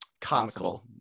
comical